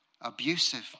abusive